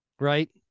right